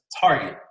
target